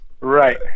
right